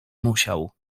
musiał